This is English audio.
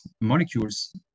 molecules